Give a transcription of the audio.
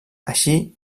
així